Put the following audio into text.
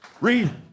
Read